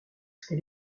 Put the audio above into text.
elle